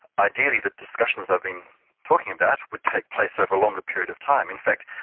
ideally the discussions i've been talking about would take place over a longer period of time. in fact,